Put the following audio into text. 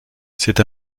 c’est